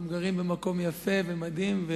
אתם גרים במקום יפה ומדהים,